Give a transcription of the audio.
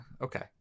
okay